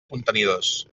contenidors